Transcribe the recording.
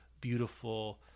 beautiful